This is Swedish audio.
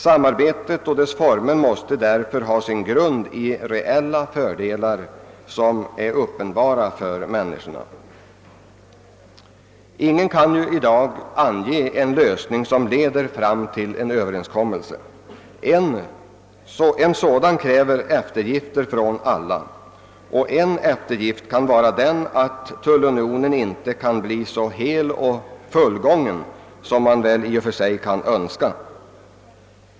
Samarbetet och dess former måste därför ha sin grund i reella fördelar som är uppenbara för människorna. Ingen kan ju i dag ange en lösning som leder fram till en överenskommelse. En sådan kräver eftergifter från alla, och en eftergift kan vara den att tullunionen inte kan bli så hel och fullgången som man väl i och för sig skulle kunna önska.